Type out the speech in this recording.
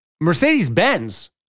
Mercedes-Benz